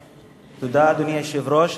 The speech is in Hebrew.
תודה, אדוני היושב-ראש.